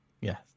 yes